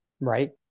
right